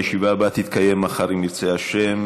ההצעה עברה לקריאה ראשונה,